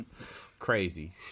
Crazy